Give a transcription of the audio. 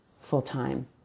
full-time